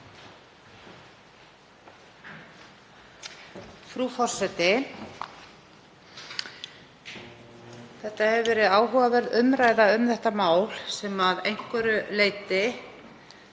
Hér hefur verið áhugaverð umræða um þetta mál sem mætti að einhverju leyti